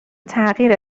تغییر